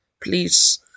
Please